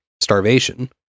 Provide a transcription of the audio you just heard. starvation